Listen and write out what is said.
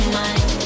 mind